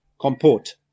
comport